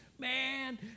Man